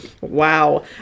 Wow